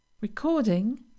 recording